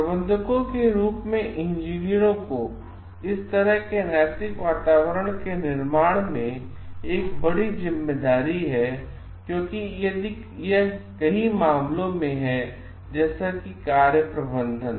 प्रबंधकों के रूप में इंजीनियरों को इस तरह के नैतिक वातावरण के निर्माण में एक बड़ी जिम्मेदारी है क्योंकि यह कई मामलों में है जैसे कि कार्य प्रबंधन